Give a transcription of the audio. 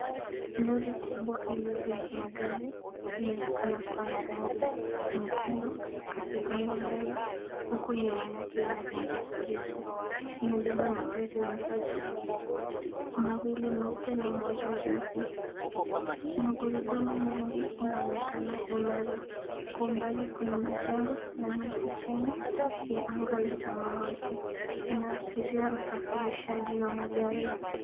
Lori kubwa iliyobeba magari inaonekana kuwa na rangi ya nyekundu katika sehemu ya mbele huku nyuma yake ina rangi ya kijivu. Imebeba magari matatu, mawili meupe na moja jeusi. Magurudumu mengi inaonekana imara. Kwa umbali kuna majengo na miti chini ya anga la samawati inaashiria usafirishaji wa magari.